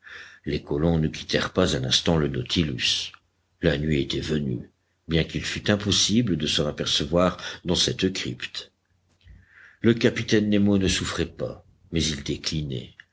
les colons ne quittèrent pas un instant le nautilus la nuit était venue bien qu'il fût impossible de s'en apercevoir dans cette crypte le capitaine nemo ne souffrait pas mais il déclinait